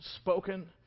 spoken